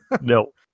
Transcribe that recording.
No